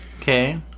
Okay